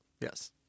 Yes